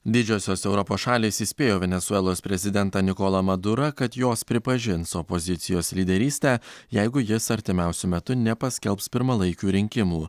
didžiosios europos šalys įspėjo venesuelos prezidentą nikolą madurą kad jos pripažins opozicijos lyderystę jeigu jis artimiausiu metu nepaskelbs pirmalaikių rinkimų